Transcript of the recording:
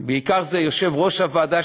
בעיקר יושב-ראש הוועדה,